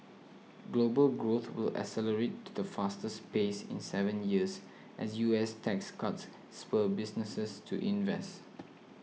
global growth will accelerate to the fastest pace in seven years as U S tax cuts spur businesses to invest